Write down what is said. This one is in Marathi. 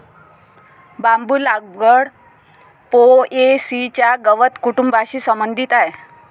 बांबू लागवड पो.ए.सी च्या गवत कुटुंबाशी संबंधित आहे